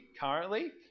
currently